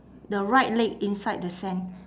the right leg inside the sand